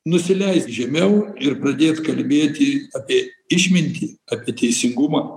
nusileisk žemiau ir pradėt kalbėti apie išmintį apie teisingumą